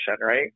right